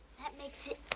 that makes it.